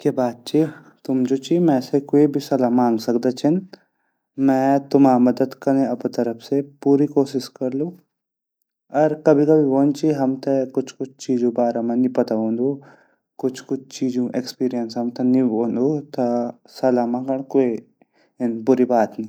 क्या बात ची ,तुम जु ची मैसे क्वे भी सलहा मांग सकदा छिन मैं तुमा मदद कने अपा तरफ बे पूरी कोशिस करलु अर कभी-कभी वोंदु ची हमते कुछ चीजू बारा मा नि पता वोंदु कुछ-कुछ चीजु एक्सपीरियंस हमते नि वोंदु ता सल्हा मानगंड इन क्वे बुरी बात नी।